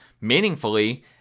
meaningfully